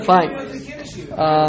Fine